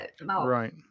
Right